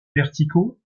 verticaux